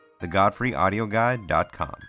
TheGodfreyAudioGuide.com